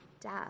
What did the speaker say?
death